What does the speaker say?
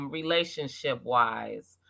relationship-wise